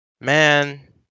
Man